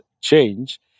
change